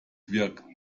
wirkt